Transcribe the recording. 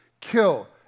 kill